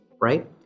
right